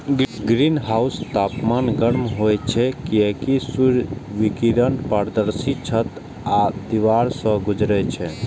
ग्रीनहाउसक तापमान गर्म होइ छै, कियैकि सूर्य विकिरण पारदर्शी छत आ दीवार सं गुजरै छै